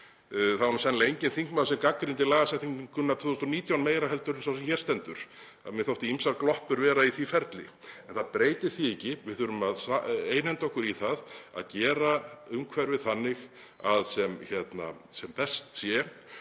Það var sennilega enginn þingmaður sem gagnrýndi lagasetninguna 2019 meira en sá sem hér stendur, mér þóttu ýmsar gloppur vera í því ferli. Það breytir því ekki að við þurfum að einhenda okkur í það að gera umhverfið þannig að sem best sé